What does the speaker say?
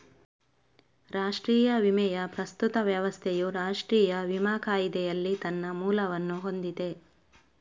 ರಾಷ್ಟ್ರೀಯ ವಿಮೆಯ ಪ್ರಸ್ತುತ ವ್ಯವಸ್ಥೆಯು ರಾಷ್ಟ್ರೀಯ ವಿಮಾ ಕಾಯಿದೆಯಲ್ಲಿ ತನ್ನ ಮೂಲವನ್ನು ಹೊಂದಿದೆ